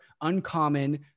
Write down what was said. uncommon